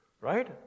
right